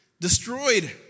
destroyed